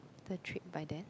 the trip by then